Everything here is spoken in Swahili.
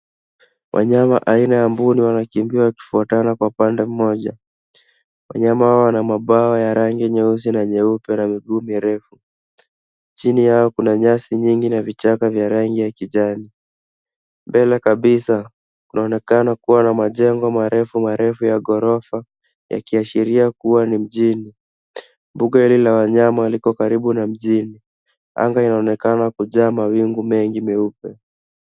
Wanyama aina ya mbuni wanakimbia wakifuatana kwa upande mmoja. Wanyama hawa wana mabawa ya rangi nyeusi na nyeupe na miguu mirefu. Chini yao kuna nyasi ndefu na vichaka vya rangi ya kijani. Mbele kabisa kunaonekana kuwa na majengo marefumarefu ya ghorofa yakiashiria kuwa ni mjini. Mbuga hili la wanyama liko karibu na mjini. Anga linaonekana kujaa mawingu mengi meupe.